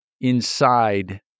inside